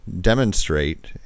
demonstrate